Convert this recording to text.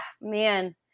Man